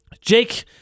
Jake